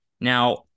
Now